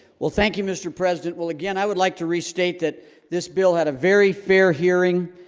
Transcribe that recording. well. thank you mr. president. well again. i would like to restate that this bill had a very fair hearing